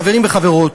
חברים וחברות,